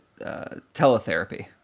teletherapy